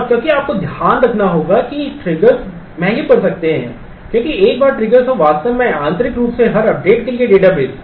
और क्योंकि आपको ध्यान रखना है कि ट्रिगर्स महंगे पढ़ सकते हैं हैं क्योंकि एक बार ट्रिगर्स और वास्तव में आंतरिक रूप से हर अपडेट के लिए डेटाबेस